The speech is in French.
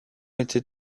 était